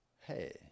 Hey